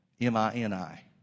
M-I-N-I